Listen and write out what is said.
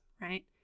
right